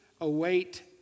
await